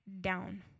down